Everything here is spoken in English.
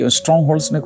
strongholds